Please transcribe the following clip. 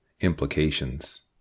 Implications